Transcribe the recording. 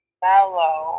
mellow